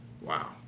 Wow